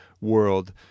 world